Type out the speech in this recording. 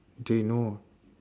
they know